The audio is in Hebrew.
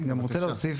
אני רוצה להוסיף